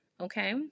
okay